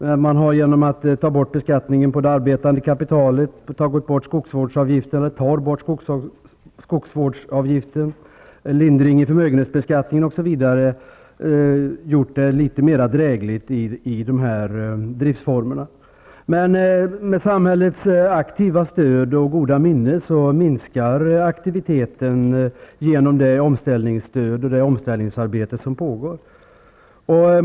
Regeringen har genom att ta bort skatten på arbetande kapital, genom att den skall ta bort skogsvårdsavgiften, genom att lindra förmögenhetsbeskattningen, osv, gjort det litet mer drägligt för dessa driftsformer. Med samhällets aktiva stöd och goda minne minskar emellertid aktiviteten genom det omställningsstöd och det omställningsarbete som pågår.